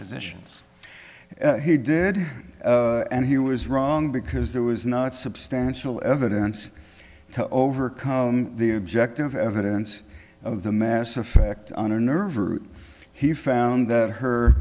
physicians he did and he was wrong because there was not substantial evidence to overcome the objective evidence of the mass effect under nerve root he found that her